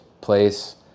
place